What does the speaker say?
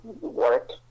work